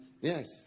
Yes